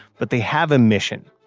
but they have a mission,